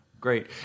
Great